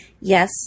yes